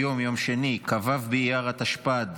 היום יום שני כ"ו באייר התשפ"ד,